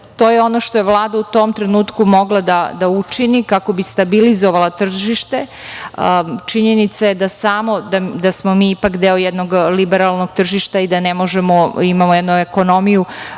to je ono što je Vlada u tom trenutku mogla da učini kako stabilizovala tržište. Činjenica je da smo mi ipak deo jednog liberalnog tržišta i da ne možemo, imamo jednu ekonomiju